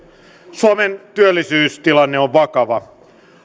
suomen työllisyystilanne on vakava